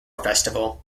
festival